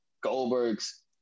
Goldberg's